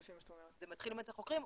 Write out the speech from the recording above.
זה מתחיל אצל החוקרים,